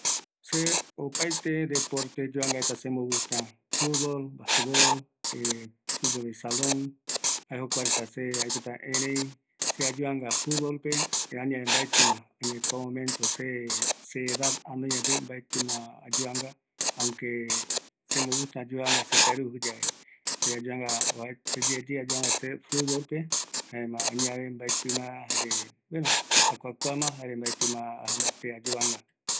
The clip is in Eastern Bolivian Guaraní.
Opaete amaë jare aipota yuvanga reva, ëreï oajaete re amaeva jaeko perota yuvanga, jare ayuvangaje jaevi kua, oïmevi, kua futbol de salo, jare jeiva gimnacio